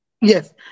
Yes